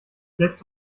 selbst